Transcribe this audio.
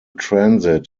transit